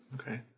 Okay